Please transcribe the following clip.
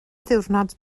ddiwrnod